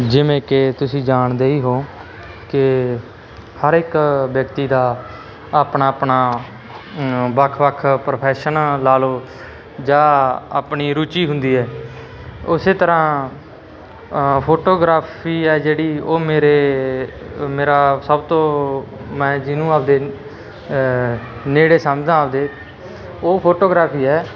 ਜਿਵੇਂ ਕਿ ਤੁਸੀਂ ਜਾਣਦੇ ਹੀ ਹੋ ਕਿ ਹਰ ਇੱਕ ਵਿਅਕਤੀ ਦਾ ਆਪਣਾ ਆਪਣਾ ਵੱਖ ਵੱਖ ਪ੍ਰੋਫੈਸ਼ਨ ਲਾ ਲਓ ਜਾਂ ਆਪਣੀ ਰੁਚੀ ਹੁੰਦੀ ਹੈ ਉਸੇ ਤਰ੍ਹਾਂ ਫੋਟੋਗ੍ਰਾਫੀ ਆ ਜਿਹੜੀ ਉਹ ਮੇਰੇ ਮੇਰਾ ਸਭ ਤੋਂ ਮੈਂ ਜਿਹਨੂੰ ਆਪਦੇ ਨੇੜੇ ਸਮਝਦਾ ਆਪਦੇ ਉਹ ਫੋਟੋਗ੍ਰਾਫੀ ਹੈ